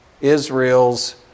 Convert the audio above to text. Israel's